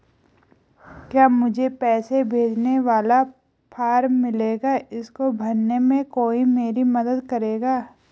क्या मुझे पैसे भेजने वाला फॉर्म मिलेगा इसको भरने में कोई मेरी मदद करेगा?